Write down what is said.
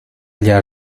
allá